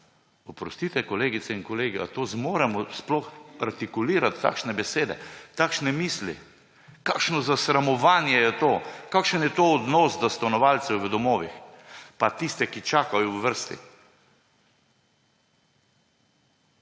Oprostite, kolegice in kolegi − ali sploh zmoremo artikulirati takšne besede, takšne misli? Kakšno zasramovanje je to? Kakšen je to odnos do stanovalcev v domovih, pa tistih, ki čakajo v vrsti?